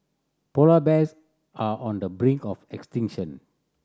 polar bears are on the brink of extinction